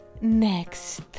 next